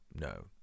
no